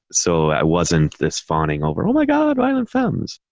so i wasn't this fawning over, oh my god, violent femmes.